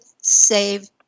save